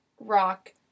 rock